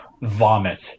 Vomit